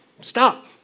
stop